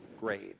grade